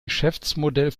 geschäftsmodell